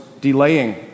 delaying